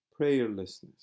prayerlessness